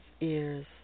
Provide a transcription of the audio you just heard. ears